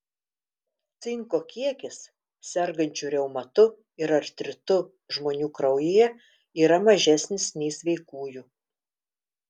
cinko kiekis sergančių reumatu ir artritu žmonių kraujyje yra mažesnis nei sveikųjų